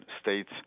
states